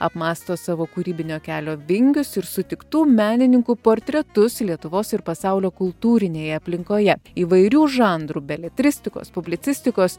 apmąsto savo kūrybinio kelio vingius ir sutiktų menininkų portretus lietuvos ir pasaulio kultūrinėje aplinkoje įvairių žanrų beletristikos publicistikos